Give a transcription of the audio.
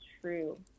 true